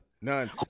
None